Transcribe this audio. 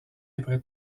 après